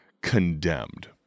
condemned